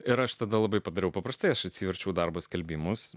ir aš tada labai padariau paprastai aš atsiverčiau darbo skelbimus